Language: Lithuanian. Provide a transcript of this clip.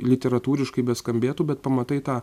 literatūriškai beskambėtų bet pamatai tą